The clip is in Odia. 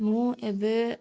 ମୁଁ ଏବେ